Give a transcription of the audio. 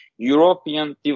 European